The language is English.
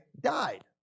died